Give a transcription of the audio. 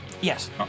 Yes